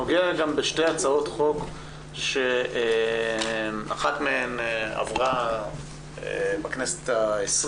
הוא נוגע גם בשתי הצעות חוק שאחת מהן עברה בכנסת ה-20